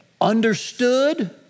understood